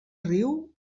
riu